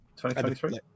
2023